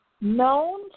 Known